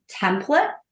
template